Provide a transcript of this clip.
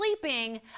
sleeping